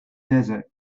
desert